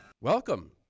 Welcome